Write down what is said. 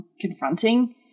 confronting